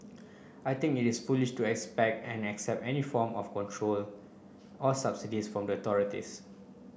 I think it is foolish to expect and accept any form of control or subsidies from the authorities